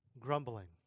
Grumbling